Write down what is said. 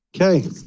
Okay